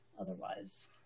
otherwise